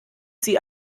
sie